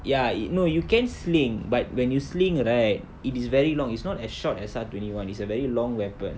yai~ no you can sling but when you sling right it is very long it's not as short as S_A_R twenty one it's a very long weapon